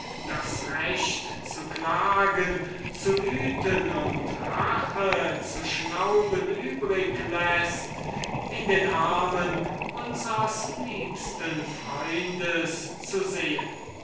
das recht zu klagen zu wüten und rache zu schnauben übrig läßt in den armen unsers liebsten freundes zu sehen